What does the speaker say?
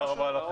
עוד משהו?